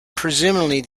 presumably